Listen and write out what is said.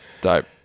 Dope